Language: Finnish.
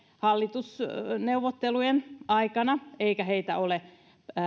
hallitusneuvottelujen aikana eikä heitä ole